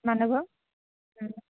মানুহবোৰক